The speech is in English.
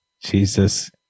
Jesus